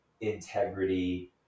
integrity